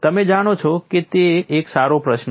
તમે જાણો છો કે તે એક સારો પ્રશ્ન છે